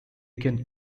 can